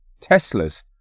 Teslas